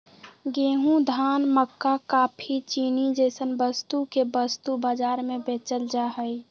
गेंहूं, धान, मक्का काफी, चीनी जैसन वस्तु के वस्तु बाजार में बेचल जा हई